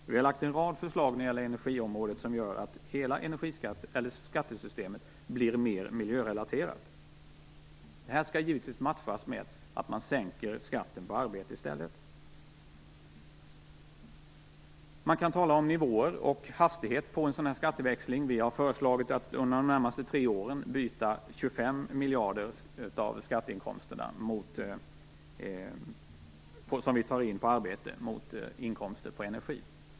Vi har lagt fram en rad förslag när det gäller energiområdet som gör att hela skattesystemet blir mer miljörelaterat. Det här skall givetvis matchas med att man sänker skatten på arbete i stället. Man kan tala om nivåer och hastighet för en sådan här skatteväxling. Vi har föreslagit att under de närmaste tre åren byta 25 miljarder av skatteinkomsterna från arbete mot inkomster från energi.